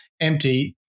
empty